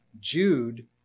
Jude